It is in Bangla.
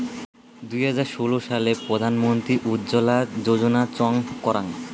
দুই হাজার ষোলো সালে প্রধান মন্ত্রী উজ্জলা যোজনা চং করাঙ